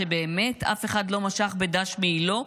שבאמת אף אחד לא משך בדש מעילו?